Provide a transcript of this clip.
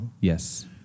Yes